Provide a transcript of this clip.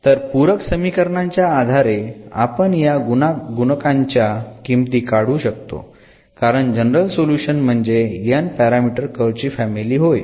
तर पूरक समीकरणांच्या आधारे आपण या गुणकांच्या किमती काढू शकतो कारण जनरल सोल्युशन म्हणजे n पॅरामीटर कर्व ची फॅमिली होय